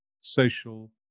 social